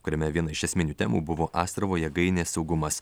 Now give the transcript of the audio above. kuriame viena iš esminių temų buvo astravo jėgainės saugumas